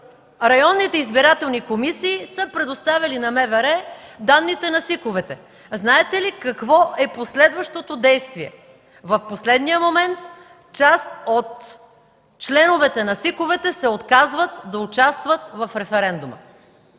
районните избирателни комисии са предоставили на МВР данните на СИК-овете. Знаете ли какво е последващото действие? В последния момент част от членовете на СИК-овете се отказват да участват в референдума.